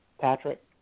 Patrick